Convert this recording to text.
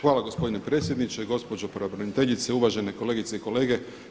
Hvala gospodine predsjedniče, gospođo pravobraniteljice, uvažene kolegice i kolege.